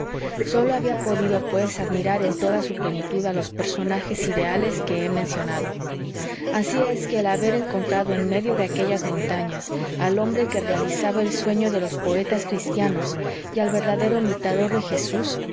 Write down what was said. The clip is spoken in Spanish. sólo había podido pues admirar en toda su plenitud a los personajes ideales que he mencionado así es que el haber encontrado en medio de aquellas montañas al hombre que realizaba el sueño de los poetas cristianos y al verdadero mitador de jesús